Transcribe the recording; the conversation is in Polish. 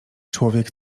człowiek